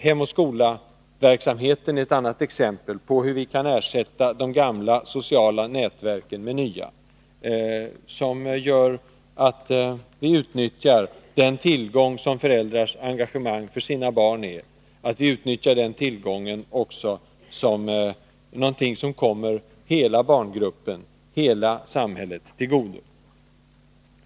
Hem och Skola-verksamheten är ett exempel på hur vi kan ersätta de gamla sociala nätverken med nya, genom vilka vi kan utnyttja den tillgång som föräldrarnas engagemang för sina barn är, på ett sätt som kommer hela barngruppen och hela samhället till godo.